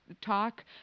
talk